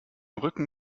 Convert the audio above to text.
rücken